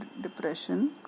depression